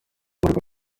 ubu